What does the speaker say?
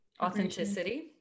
authenticity